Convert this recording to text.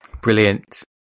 Brilliant